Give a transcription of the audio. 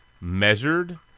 measured